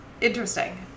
Interesting